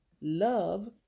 love